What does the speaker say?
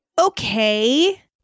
okay